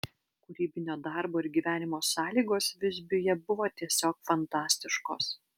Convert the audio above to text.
kūrybinio darbo ir gyvenimo sąlygos visbiuje buvo tiesiog fantastiškos